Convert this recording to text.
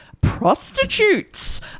prostitutes